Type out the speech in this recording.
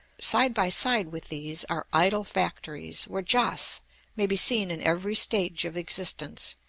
side by side with these are idol factories, where joss may be seen in every stage of existence,